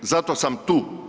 Zato sam tu.